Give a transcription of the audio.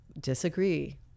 disagree